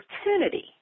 opportunity